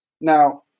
Now